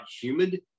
humid